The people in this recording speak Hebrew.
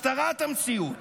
הסתרת המציאות,